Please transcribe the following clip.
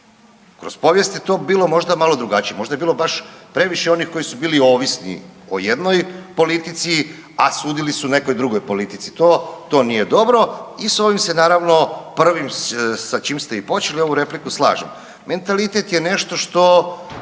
Kroz povijest je to bilo možda malo drugačije, možda je bilo baš previše onih koji su bili ovisni o jednoj politici, a sudili su nekoj drugoj politici, to nije dobro. I s ovim se naravno prvim sa čim ste i počeli ovu repliku slažem. Mentalitet je nešto što